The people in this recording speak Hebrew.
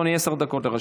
עשר דקות לרשותך.